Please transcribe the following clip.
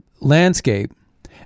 landscape